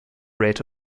rate